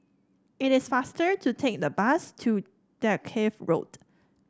it is faster to take the bus to Dalkeith Road